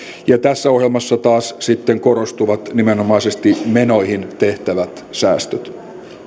ja tässä ohjelmassa taas sitten korostuvat nimenomaisesti menoihin tehtävät säästöt